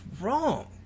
wrong